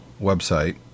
website